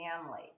family